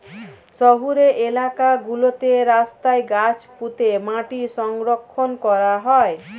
শহুরে এলাকা গুলোতে রাস্তায় গাছ পুঁতে মাটি সংরক্ষণ করা হয়